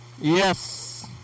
Yes